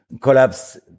collapse